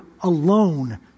alone